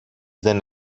δεν